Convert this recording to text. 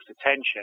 attention